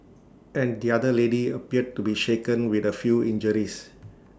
and the other lady appeared to be shaken with A few injuries